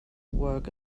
work